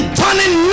turning